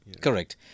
Correct